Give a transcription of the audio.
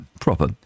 proper